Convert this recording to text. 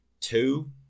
two